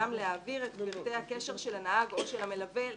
גם להעביר את פרטי הקשר של הנהג או של המלווה להורים.